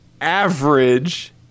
average